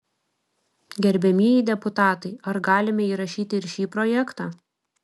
gerbiamieji deputatai ar galime įrašyti ir šį projektą